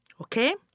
Okay